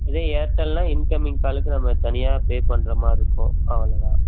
இதே ஏர்டெல்ன்னால் இன்கம்மிங் காலுக்கு நம்ம தனியாக பே பண்ணுற மாதிரி இருக்கும் அவ்வளோ தான்